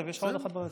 לא, יש לך ברצף.